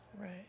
Right